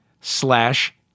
slash